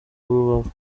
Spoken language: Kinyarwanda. rubavu